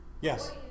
Yes